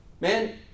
Man